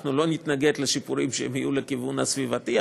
ואנחנו לא נתנגד לשיפורים שיהיו בכיוון הסביבתי,